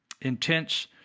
intense